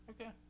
Okay